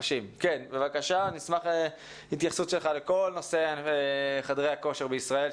נשמח להתייחסות שלך לכל נושא חדרי הכושר בישראל,